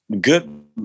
good